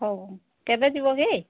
ହଉ କେବେ ଯିବ କି